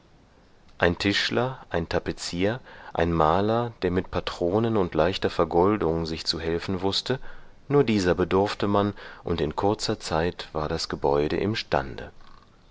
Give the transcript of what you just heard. ein tischer ein tapezier ein maler der mit patronen und leichter vergoldung sich zu helfen wußte nur dieser bedurfte man und in kurzer zeit war das gebäude im stande